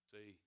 See